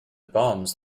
bombs